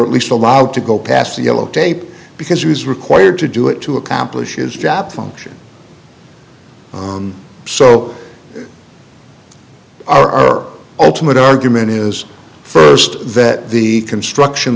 at least allowed to go past the yellow tape because he was required to do it to accomplish is job function so our ultimate argument is first that the construction